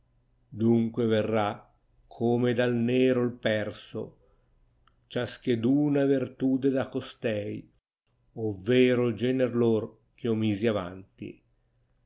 dunque verrà come dal nero il perso ciascheduna vertute da costei ovvero il gener lor ch'io misi avanti